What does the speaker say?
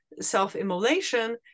self-immolation